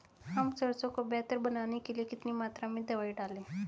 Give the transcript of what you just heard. हम सरसों को बेहतर बनाने के लिए कितनी मात्रा में दवाई डालें?